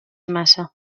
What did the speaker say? massa